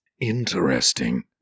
Interesting